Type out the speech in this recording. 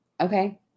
Okay